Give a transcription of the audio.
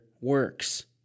works